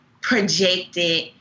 projected